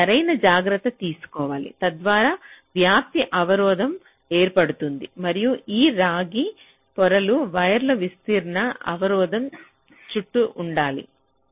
కాబట్టి సరైన జాగ్రత్త తీసుకోవాలి తద్వారా వ్యాప్తి అవరోధం ఏర్పడుతుంది మరియు ఈ రాగి పొరలు వైర్లు విస్తరణ అవరోధం చుట్టూ ఉండాలి